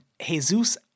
Jesus